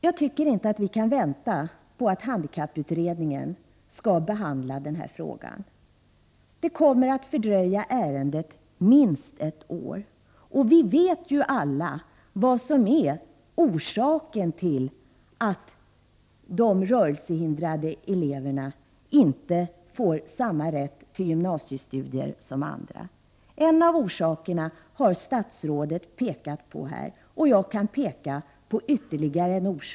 Jag tycker inte att vi kan vänta på att handikapputredningen skall behandla den här frågan. Det kommer att fördröja ärendet minst ett år, och vi vet ju alla vad det beror på att de rörelsehindrade eleverna inte får samma rätt till gymnasiestudier som andra. En av orsakerna har statsrådet pekat på, och jag kan peka på ytterligare en.